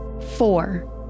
four